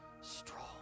strong